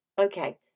okay